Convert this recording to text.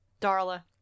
Darla